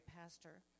pastor